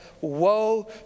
Woe